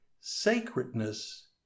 sacredness